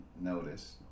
Notice